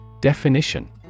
Definition